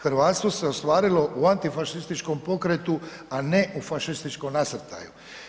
Hrvatstvo se ostvarilo u antifašističkom pokretu, a ne u fašističkom nasrtaju.